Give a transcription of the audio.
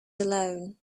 alone